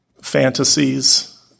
fantasies